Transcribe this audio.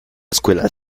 escuela